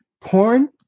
Porn